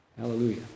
Hallelujah